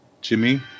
Jimmy